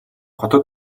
хотод